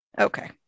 okay